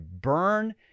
Burn